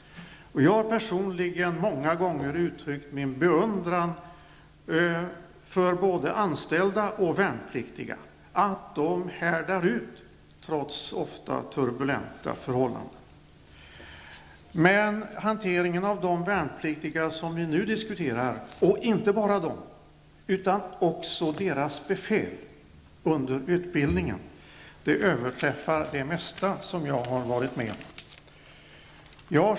Personligen har jag många gånger uttryckt min beundran för både anställda och värnpliktiga för att de härdar ut trots förhållanden som ofta är turbulenta. Men hanteringen av de värnpliktiga som vi nu diskuterar -- och även av deras befäl under utbildningen -- överträffar det mesta som jag varit med om.